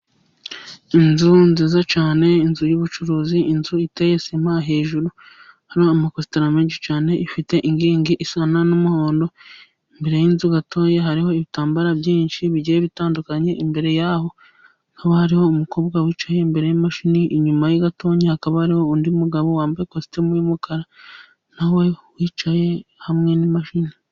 Inzu nziza cyane, inzu y'ubucuruzi, inzu iteye sima, hejuru amakositara menshi cyane. Ifite inkingi isa n'umuhondo. Imbere yinzu gato hariho ibitambararo byinshi bigenda bitandukanye, imbere yaho haba hariho umukobwa wicaye imbere yimashini, inyuma gato hakaba hariho undi mugabo wambaye ikositimu. y'umukara nawe wicaye hamwe nimashini.